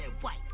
white